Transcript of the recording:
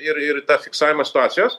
ir ir tą fiksavimą situacijos